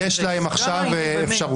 יש להם עכשיו אפשרות.